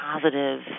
positive